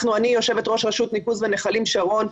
אני יושבת-ראש רשות ניקוז ונחלים שרון.